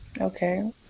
Okay